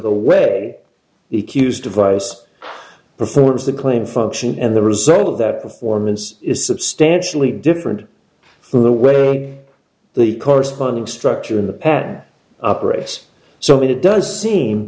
he way the cues divide us performs the claimed function and the result of that performance is substantially different from the way the corresponding structure in the pad operates so it does seem